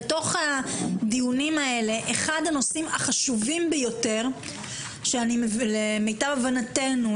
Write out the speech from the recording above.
אחד הנושאים החשובים ביותר למיטב הבנתנו,